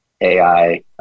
AI